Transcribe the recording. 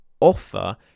offer